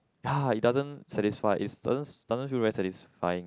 ya it doesn't satisfy is doesn't doesn't feel very satisfying